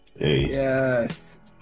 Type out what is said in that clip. Yes